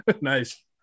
nice